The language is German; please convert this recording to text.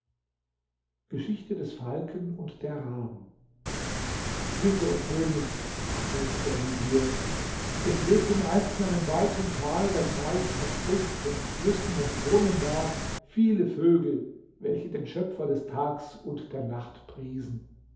geschichte des falken und der raben wisse o könig erzählte der vezier es lebten einst in einem weiten tal das reich an früchten flüssen und brunnen war viele vögel welche den schöpfer des tags und der nacht priesen